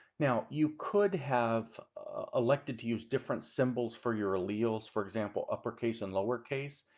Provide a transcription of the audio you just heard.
now you could have elected to use different symbols for your alleles for example uppercase and lowercase,